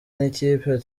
nk’ikipe